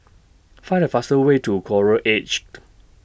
Find The fastest Way to Coral Edged